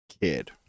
kid